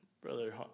Brother